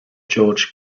george